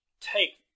take